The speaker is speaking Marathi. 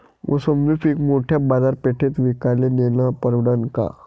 मोसंबी पीक मोठ्या बाजारपेठेत विकाले नेनं परवडन का?